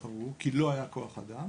כי לא היה כוח אדם.